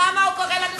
למה הוא קורא לנו,